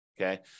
okay